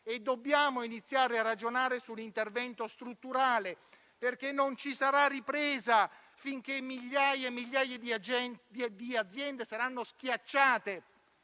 Dobbiamo iniziare a ragionare su un intervento strutturale perché non ci sarà ripresa finché migliaia e migliaia di aziende saranno schiacciate